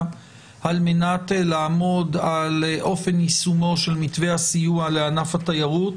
על מנת לעמוד על אופן יישומו של מתווה הסיוע לענף התיירות